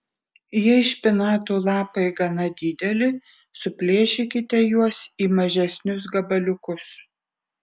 jei špinatų lapai gana dideli suplėšykite juos į mažesnius gabaliukus